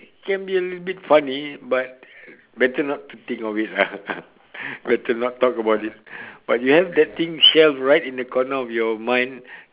can be a little bit funny but better not to think of it ah better not talk about it but you have that thing shelved right in the corner of your mind